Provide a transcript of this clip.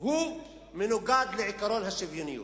מנוגד לעקרון השוויוניות.